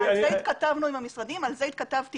על זה התכתבנו עם המשרדים ועל זה התכתבתי